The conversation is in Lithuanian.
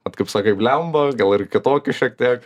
vat kaip sakai blemba gal ir kitokių šiek tiek